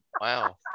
wow